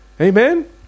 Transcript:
Amen